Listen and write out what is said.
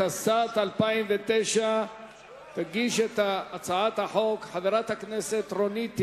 התשס"ט 2009. תגיש את הצעת החוק חברת הכנסת רונית תירוש.